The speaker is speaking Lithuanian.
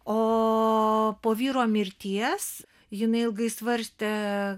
o po vyro mirties jinai ilgai svarstė